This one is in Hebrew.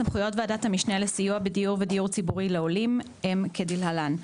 סמכויות ועדת המשנה לסיוע בדיור ודיור ציבורי לעולים הן כדלהלן: